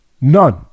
None